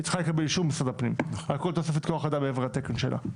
היא צריכה לקבל אישור ממשרד הפנים על כל תוספת כוח אדם מעבר לתקן שלה.